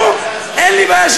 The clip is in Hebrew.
תודה רבה.